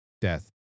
death